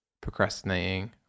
procrastinating